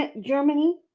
Germany